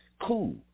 cool